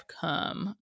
come